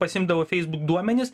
pasiimdavo facebook duomenis